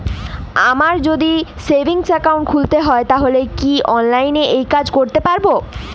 আমায় যদি savings account খুলতে হয় তাহলে কি অনলাইনে এই কাজ করতে পারবো?